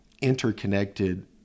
interconnected